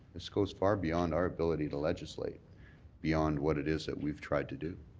this goes far beyond our ability to legislate beyond what it is that we've tried to do.